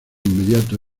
inmediato